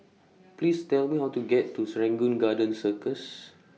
Please Tell Me How to get to Serangoon Garden Circus